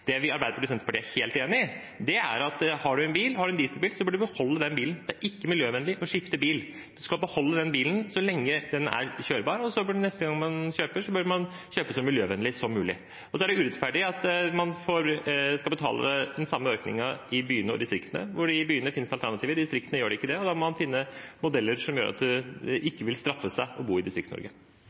Det vi i Arbeiderpartiet og Senterpartiet er helt enige om, er at har man en bil eller dieselbil, bør man beholde den bilen. Det er ikke miljøvennlig å skifte bil. Man skal beholde den bilen så lenge den er kjørbar, og neste gang man kjøper, bør man kjøpe så miljøvennlig som mulig. Så er det urettferdig at man skal betale den samme økningen i byene og distriktene, for i byene finnes det alternativer, og i distriktene gjør det ikke det. Da må man finne modeller som gjør at det ikke vil straffe seg å bo i